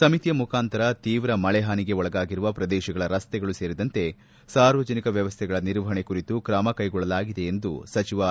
ಸಮಿತಿಯ ಮುಖಾಂತರ ತೀವ್ರ ಮಳೆಹಾನಿ ಒಳಗಾಗಿರುವ ಪ್ರದೇಶಗಳ ರಸ್ತೆಗಳು ಸೇರಿದಂತೆ ಸಾರ್ವಜನಿಕ ವ್ಯವಸ್ಥೆಗಳ ನಿರ್ವಹಣೆ ಕುರಿತು ಕ್ರಮ ಕೈಗೊಳ್ಳಲಾಗಿದೆ ಎಂದು ಸಚಿವ ಆರ್